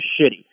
shitty